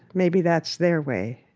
maybe that's their way.